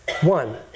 One